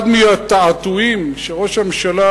אחד מהתעתועים שראש הממשלה,